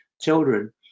children